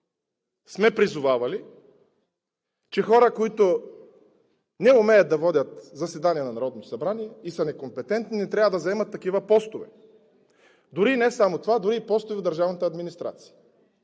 сме призовавали, че хора, които не умеят да водят заседания на Народното събрание и са некомпетентни, не трябва да заемат такива постове, не само това, а дори и постове в държавната администрация,